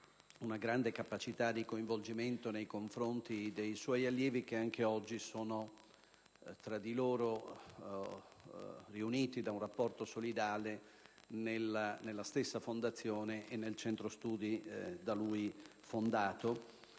una grande capacità di coinvolgimento nei confronti dei suoi allievi che anche oggi sono uniti da un rapporto solidale nella stessa fondazione e nel centro studi da lui fondato.